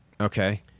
Okay